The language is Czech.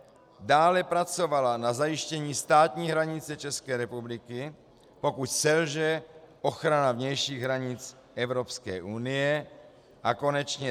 d) dále pracovala na zajištění státní hranice České republiky, pokud selže ochrana vnějších hranic Evropské unie, a konečně